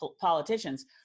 politicians